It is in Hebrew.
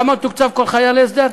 כמה מתוקצב כל חייל הסדר?